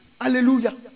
hallelujah